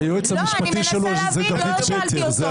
לא, אני מנסה להבין, לא שאלתי אותו.